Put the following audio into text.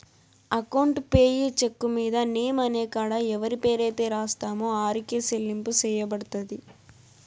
account payee cheque మీద name అనే కాడ ఎవరి పేరైతే రాస్తామో ఆరికే సెల్లింపు సెయ్యబడతది